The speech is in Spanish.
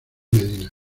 medina